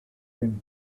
him